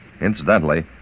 Incidentally